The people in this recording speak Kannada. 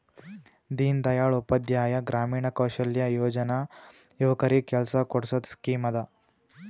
ದೀನ್ ದಯಾಳ್ ಉಪಾಧ್ಯಾಯ ಗ್ರಾಮೀಣ ಕೌಶಲ್ಯ ಯೋಜನಾ ಯುವಕರಿಗ್ ಕೆಲ್ಸಾ ಕೊಡ್ಸದ್ ಸ್ಕೀಮ್ ಅದಾ